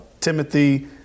Timothy